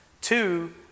two